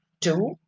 Two